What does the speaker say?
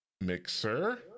Mixer